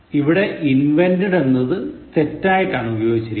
ഇവിടെ invented എന്നത് തെറ്റായിട്ടാണ് ഉപയോഗിച്ചിരിക്കുന്നത്